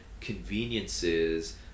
conveniences